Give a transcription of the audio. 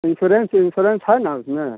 insurance insurance है ना उसमें